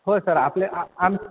हो सर आपले आ आम